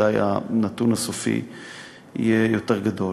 ודאי הנתון הסופי יהיה יותר גדול.